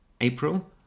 april